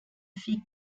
fit